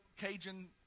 Cajun